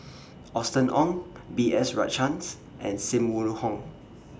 Austen Ong B S Rajhans and SIM Wong Hoo